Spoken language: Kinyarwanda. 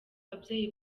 babyeyi